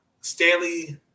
Stanley